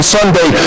Sunday